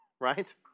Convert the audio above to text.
right